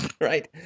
right